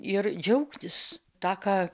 ir džiaugtis ta ką